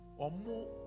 omo